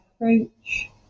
approach